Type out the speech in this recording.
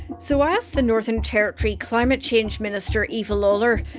so i asked the northern territory climate change minister, eva lawler,